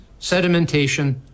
sedimentation